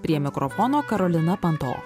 prie mikrofono karolina panto